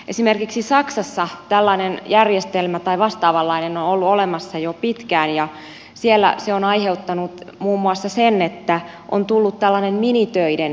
esimerkiksi saksassa tällainen järjestelmä tai vastaavanlainen on ollut olemassa jo pitkään ja siellä se on aiheuttanut muun muassa sen että on tullut tällainen minitöiden järjestelmä